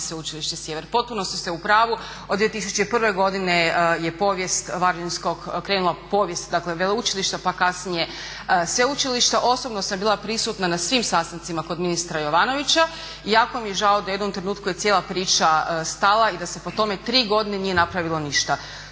Sveučilište Sjever. U potpunosti ste u pravu, od 2001. godine je krenula povijest veleučilišta pa kasnije sveučilišta. Osobno sam bila prisutna na svim sastancima kod ministra Jovanovića i jako mi je žao da u jednom trenutku je cijela priča stala i da se po tome tri godine nije napravilo ništa.